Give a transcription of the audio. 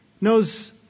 knows